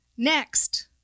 Next